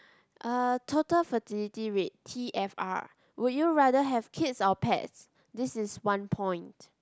uh total fertility rate T_F_R would you rather have kids or pets this is one point